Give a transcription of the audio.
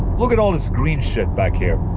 look at all this green shit back here